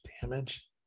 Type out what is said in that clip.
damage